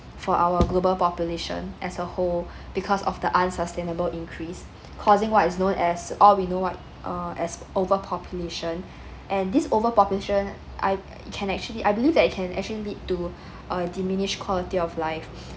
for our global population as a whole because of the unsustainable increase causing what is known as all we know what uh as overpopulation and this overpopulation I can actually I believe that it can actually lead to a diminished quality of life